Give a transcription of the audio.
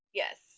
yes